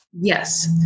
Yes